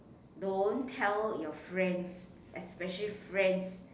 don't tell your friends especially friends